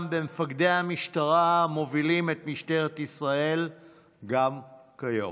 במפקדי המשטרה המובילים את משטרת ישראל כיום.